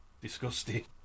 disgusting